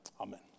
Amen